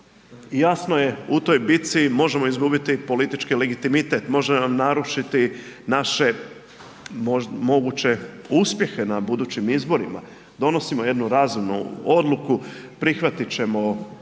jasno je u toj bici možemo izgubiti politički legitimitet, može nam narušiti naše moguće uspjehe na budućim izborima, donosimo jednu razumu odluku, prihvatit ćemo